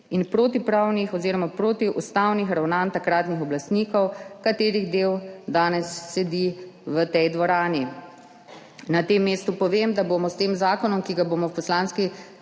in protipravnih oziroma protiustavnih ravnanj takratnih oblastnikov, katerih del danes sedi v tej dvorani. Na tem mestu povem, da bomo s tem zakonom, ki ga bomo v Poslanski